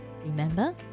Remember